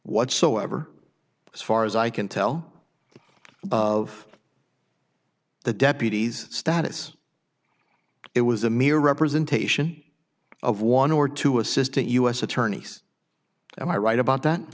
whatsoever as far as i can tell of the deputy's status it was a mere representation of one or two assistant u s attorneys am i right about